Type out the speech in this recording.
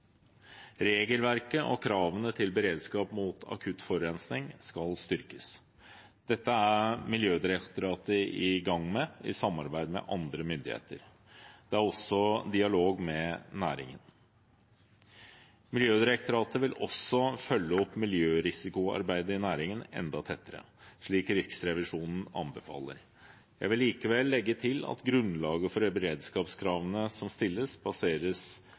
Regelverket og kravene til beredskap mot akutt forurensning skal styrkes. Dette er Miljødirektoratet i gang med i samarbeid med andre myndigheter. Det er også dialog med næringen. Miljødirektoratet vil også følge opp miljørisikoarbeidet i næringen enda tettere, slik Riksrevisjonen anbefaler. Jeg vil likevel legge til at grunnlaget for beredskapskravene som stilles, baseres